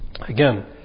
Again